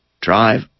drive